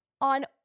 on